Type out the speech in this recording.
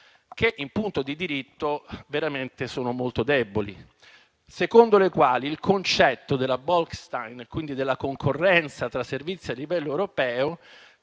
che in punto di diritto sono veramente molto deboli, secondo le quali il concetto della direttiva Bolkestein, quindi della concorrenza tra servizi a livello europeo,